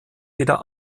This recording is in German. wieder